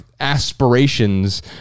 aspirations